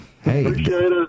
Hey